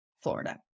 florida